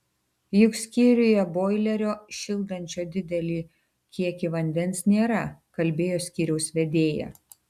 juk skyriuje boilerio šildančio didelį kiekį vandens nėra kalbėjo skyriaus vedėja